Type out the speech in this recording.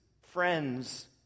friends